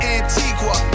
Antigua